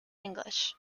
english